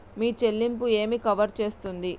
మీ చెల్లింపు ఏమి కవర్ చేస్తుంది?